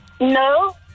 No